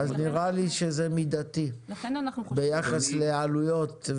אז נראה לי שזה מידתי, ביחס לעלויות.